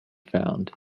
found